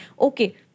Okay